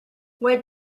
what